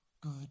good